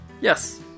Yes